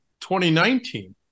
2019